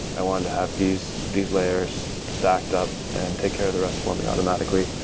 i want to have these these layers stacked up and take care of the rest for me automatically,